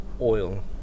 oil